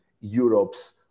Europe's